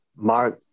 Mark